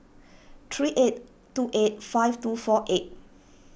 three eight two eight five two four eight